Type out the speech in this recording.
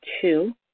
two